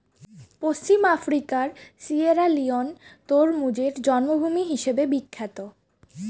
পশ্চিম আফ্রিকার সিয়েরালিওন তরমুজের জন্মভূমি হিসেবে বিখ্যাত